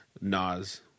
Nas